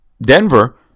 Denver